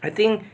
I think